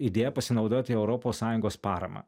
idėja pasinaudoti europos sąjungos parama